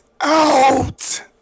out